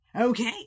Okay